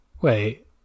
Wait